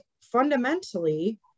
fundamentally